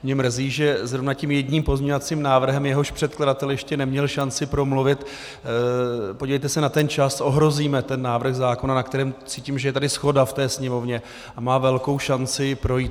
Mě mrzí, že zrovna tím jedním pozměňovacím návrhem, jehož předkladatel ještě neměl šanci promluvit podívejte se na ten čas , ohrozíme ten návrh zákona, na kterém cítím, že je tady shoda v té sněmovně a má velkou šanci projít.